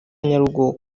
nyaruguru